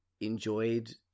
enjoyed